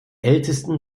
ältesten